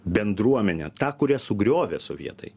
bendruomenė tą kurią sugriovė sovietai